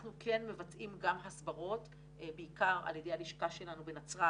אנחנו כן מבצעים גם הסברות בעיקר על ידי הלשכה שלנו בנצרת